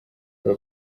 aba